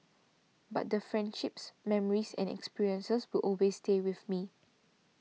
but the friendships memories and experiences will always stay with me